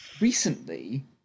Recently